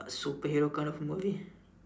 superhero kind of movie